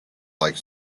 like